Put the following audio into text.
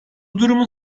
durumun